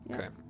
Okay